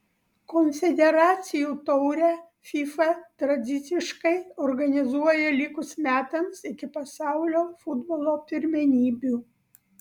konfederacijų taurę fifa tradiciškai organizuoja likus metams iki pasaulio futbolo pirmenybių